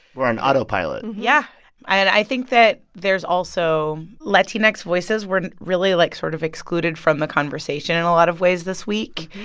we're on autopilot yeah. and i think that there's also latinx voices were really, like, sort of excluded from the conversation in a lot of ways this week.